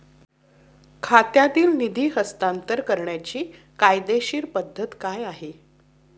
खात्यातील निधी हस्तांतर करण्याची कायदेशीर पद्धत काय आहे?